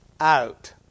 Out